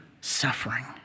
suffering